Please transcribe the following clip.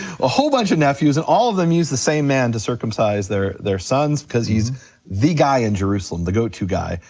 a whole bunch of nephews, and all of them use the same man to circumcise their their sons cause he's the guy in jerusalem, the go to guy.